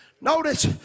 Notice